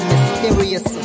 Mysterious